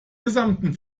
gesamten